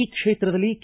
ಈ ಕ್ಷೇತ್ರದಲ್ಲಿ ಕೆ